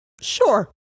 Sure